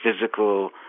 physical